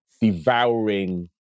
devouring